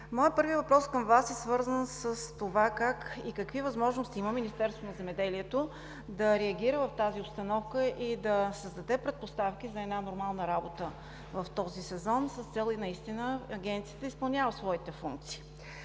Моят първи въпрос към Вас е свързан с това: как и какви възможности има Министерството на земеделието, храните и горите да реагира в тази обстановка и да създаде предпоставки за една нормална работа в този сезон с цел наистина Агенцията да изпълнява своята функция?